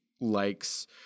likes